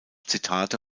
zitate